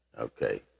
Okay